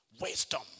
wisdom